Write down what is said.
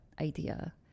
idea